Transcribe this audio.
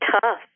tough